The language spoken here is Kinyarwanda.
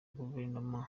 guverinoma